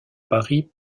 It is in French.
paris